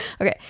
Okay